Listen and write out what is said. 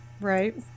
right